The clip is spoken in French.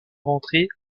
rentrer